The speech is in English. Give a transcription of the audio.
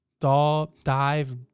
dive